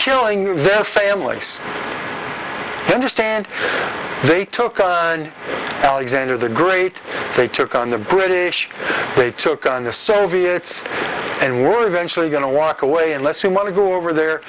killing their families understand they took on alexander the great they took on the british they took on the soviets and we're eventually going to walk away unless we want to go over there